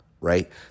right